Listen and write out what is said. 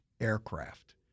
aircraft